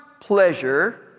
pleasure